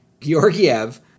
Georgiev